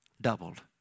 doubled